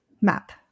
map